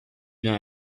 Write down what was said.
bien